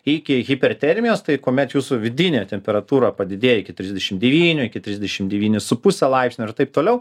iki hipertermijos tai kuomet jūsų vidinė temperatūra padidėja iki trisdešim devynių iki trisdešim devyni su puse laipsnio ir taip toliau